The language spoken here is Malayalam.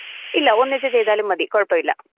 ഇല്ല ഒന്നിച്ച് ചെയ്താലും മതി കുഴപ്പമില്ല